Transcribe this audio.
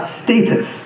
status